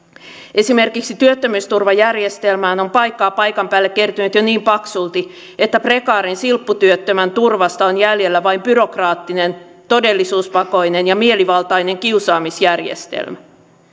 esimerkiksi työttömyysturvajärjestelmään on paikkaa paikan päälle kertynyt jo niin paksulti että prekaarin silpputyöttömän turvasta on jäljellä vain byrokraattinen todellisuuspakoinen ja mielivaltainen kiusaamisjärjestelmä